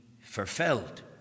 fulfilled